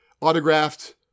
autographed